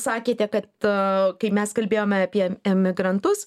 sakėte kad kai mes kalbėjome apie emigrantus